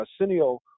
Arsenio